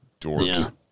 Dorks